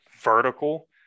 vertical